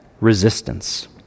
resistance